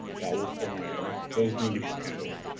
that will throw an error. those need to be handled.